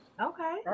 Okay